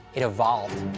it evolved.